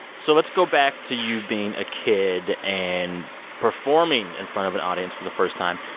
so let's go back to you being a kid and performing in front of an audience for the first time.